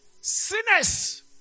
sinners